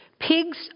Pigs